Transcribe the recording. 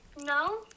No